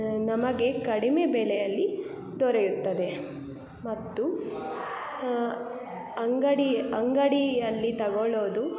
ನಮಗೆ ಕಡಿಮೆ ಬೆಲೆಯಲ್ಲಿ ದೊರೆಯುತ್ತದೆ ಮತ್ತು ಅಂಗಡಿ ಅಂಗಡಿಯಲ್ಲಿ ತಗೊಳೋದು